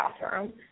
bathroom